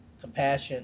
compassion